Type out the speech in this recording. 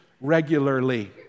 regularly